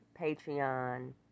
Patreon